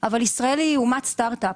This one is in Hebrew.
אבל ישראל היא אומת סטארט אפ,